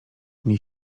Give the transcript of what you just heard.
nie